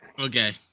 Okay